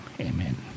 amen